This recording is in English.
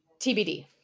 TBD